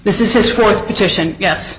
this is his fourth petition yes